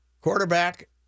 quarterback